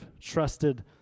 trusted